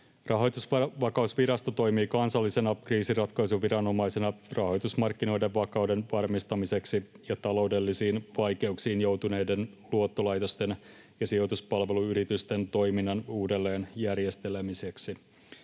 Rahoitusvakausvirasto toimii kansallisena kriisinratkaisuviranomaisena rahoitusmarkkinoiden vakauden varmistamiseksi ja taloudellisiin vaikeuksiin joutuneiden luottolaitosten ja sijoituspalveluyritysten toiminnan uudelleen järjestelemiseksi.